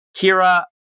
Kira